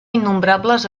innombrables